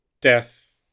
death